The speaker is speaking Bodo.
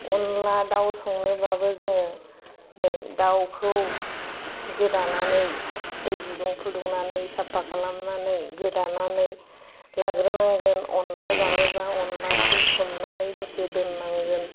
अनला दाउ संनोब्लाबो जोङो नै दाउखौ गोदानानै साब दै गुदुं फुदुंनानै साफ्फा खालामनानै गोदानानै लाग्रोनांगोन अनला जानोबा अनलाखौ सोमनानै दसे दोननांगोन